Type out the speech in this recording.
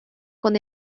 con